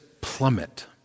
plummet